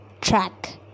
track